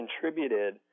contributed